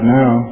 now